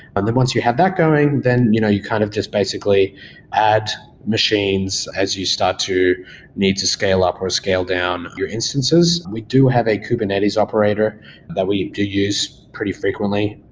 and then once you have that going, then you know you kind of just basically add machines as you start to need to scale up or scale down your instances. we do have a kubernetes operator that we use pretty frequently.